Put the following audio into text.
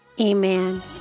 Amen